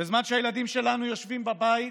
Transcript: בזמן שהילדים שלנו יושבים בבית,